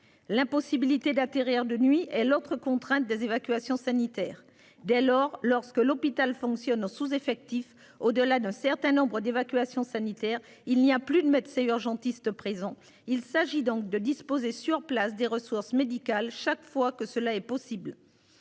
L'impossibilité d'atterrir de nuit et l'autre contrainte des évacuations sanitaires. Dès lors, lorsque l'hôpital fonctionne au sous-effectif au delà d'un certain nombre d'évacuations sanitaires il n'y a plus de Metz et urgentistes présents. Il s'agit donc de disposer sur place des ressources médicales. Chaque fois que cela est possible.